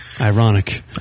Ironic